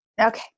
Okay